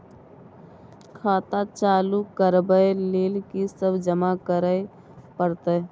खाता चालू करबै लेल की सब जमा करै परतै?